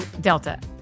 Delta